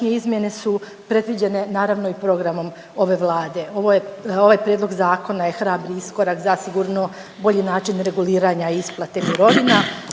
izmjene su predviđene naravno i programom ove Vlade. Ovo je, ovaj prijedlog zakona je hrabri iskorak zasigurno bolji način reguliranja isplate mirovina.